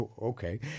Okay